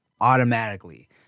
automatically